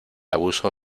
abuso